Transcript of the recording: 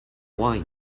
wine